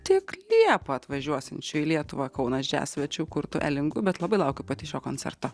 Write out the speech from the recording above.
tik liepą atvažiuosiančiu į lietuvą kaunas džias svečiu kurtu elingu bet labai laukiu pati šio koncerto